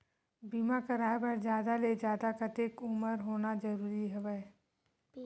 बीमा कराय बर जादा ले जादा कतेक उमर होना जरूरी हवय?